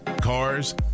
cars